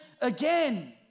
again